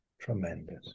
tremendous